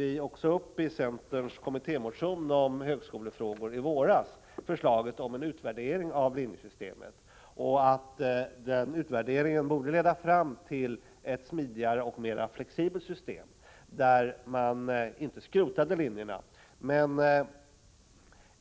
I centerns kommittémotion om högskolefrågor i våras tog vi därför upp förslaget om en utvärdering av linjesystemet och framhöll att denna utvärdering borde leda fram till ett smidigare och mera flexibelt system, i vilket linjerna fanns kvar men